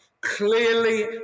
Clearly